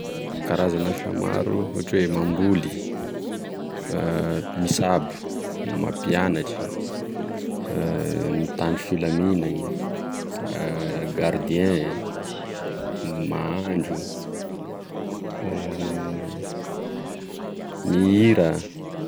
Karazana asa maro ohatry oe mamboly, misabo, mampianatry, mitandro filaminany, gardien, mahandro, mihira.